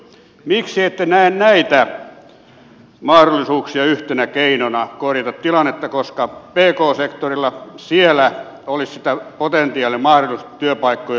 miksi ette näe näitä mahdollisuuksia yhtenä keinona korjata tilannetta koska pk sektorilla olisi sitä potentiaalia mahdollisuutta työpaikkojen lisäämiseksi